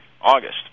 August